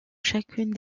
chacune